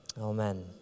Amen